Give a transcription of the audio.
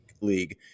league